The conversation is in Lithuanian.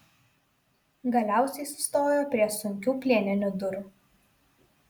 galiausiai sustojo prie sunkių plieninių durų